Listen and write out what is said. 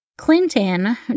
Clinton